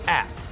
app